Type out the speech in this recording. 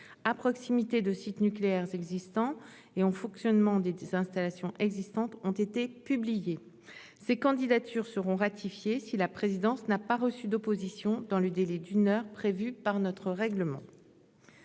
à proximité de sites nucléaires existants et en fonctionnement des installations existantes ont été publiés. Ces candidatures seront ratifiées si la présidence n'a pas reçu d'opposition dans le délai d'une heure prévue par notre règlement.